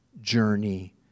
journey